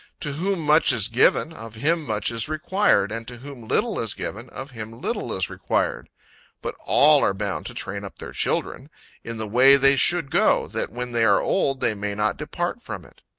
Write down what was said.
to whom much is given, of him much is required, and to whom little is given, of him little is required but all are bound to train up their children in the way they should go, that when they are old, they may not depart from it.